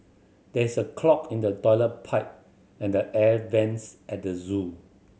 there is a clog in the toilet pipe and the air vents at the zoo